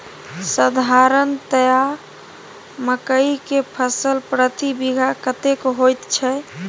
साधारणतया मकई के फसल प्रति बीघा कतेक होयत छै?